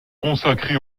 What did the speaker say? consacré